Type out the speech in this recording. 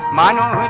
mano a